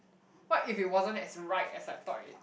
what if it wasn't as right as I thought it